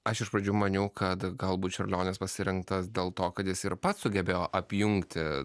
aš iš pradžių maniau kad galbūt čiurlionis pasirinktas dėl to kad jis ir pats sugebėjo apjungti